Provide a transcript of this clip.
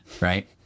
right